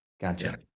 gotcha